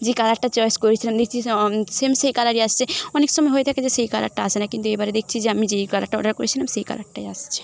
যে কালারটা চয়েস করেছিলাম দেখছি সেম সে কালারই আসছে অনেক সময় হয়ে থাকে যে সেই কালারটা আসে না কিন্তু এবারে দেখছি যে আমি যেই কালারটা অর্ডার করেছিলাম সেই কালারটাই আসছে